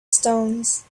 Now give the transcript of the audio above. stones